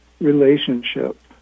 relationship